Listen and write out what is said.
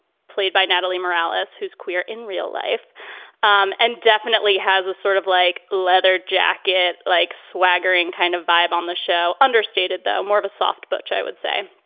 played by natalie morales, who's queer in real life um and definitely has a sort of like leather jacket, like swaggering kind of vibe on the show. understated, though, more of a soft butch, i would say,